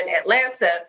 Atlanta